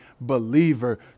believer